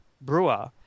brewer